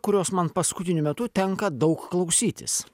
kurios man paskutiniu metu tenka daug klausytis